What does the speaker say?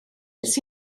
nes